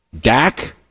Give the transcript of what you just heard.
Dak